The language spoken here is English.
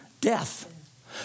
Death